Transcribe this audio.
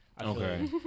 Okay